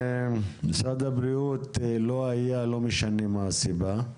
משרד הבריאות לא היה בדיון ולא משנה מה הסיבה לכך.